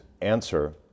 answer